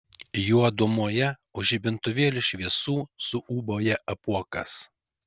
juodumoje už žibintuvėlių šviesų suūbauja apuokas